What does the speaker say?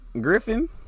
Griffin